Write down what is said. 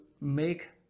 make